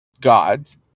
gods